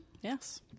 Yes